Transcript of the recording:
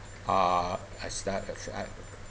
uh I start first right